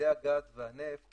מתאגידי הגז והנפט